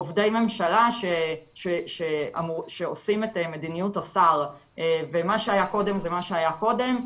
בעובדי ממשלה שעושים את מדיניות השר ומה שהיה קודם זה מה שהיה קודם,